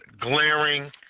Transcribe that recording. glaring